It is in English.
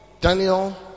daniel